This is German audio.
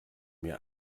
mir